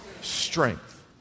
Strength